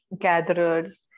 gatherers